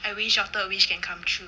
I wish your third wish can come true